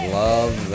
love